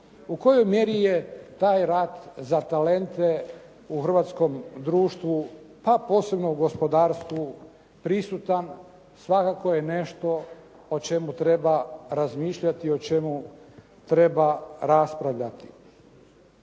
U kojoj mjeri je taj rat za talente u hrvatskom društvu pa posebno u gospodarstvu prisutan svakako je nešto o čemu treba razmišljati i o čemu treba raspravljati.